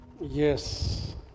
Yes